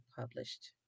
published